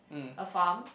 a farm